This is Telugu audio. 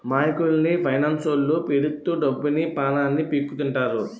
అమాయకుల్ని ఫైనాన్స్లొల్లు పీడిత్తు డబ్బుని, పానాన్ని పీక్కుతింటారు